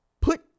put